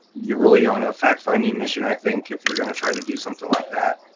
you're really on a fact finding mission, i think, if you're gonna try to do something like that.